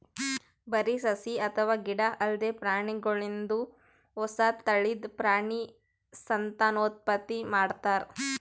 ಬರಿ ಸಸಿ ಅಥವಾ ಗಿಡ ಅಲ್ದೆ ಪ್ರಾಣಿಗೋಲ್ದನು ಹೊಸ ತಳಿದ್ ಪ್ರಾಣಿ ಸಂತಾನೋತ್ಪತ್ತಿ ಮಾಡ್ತಾರ್